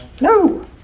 No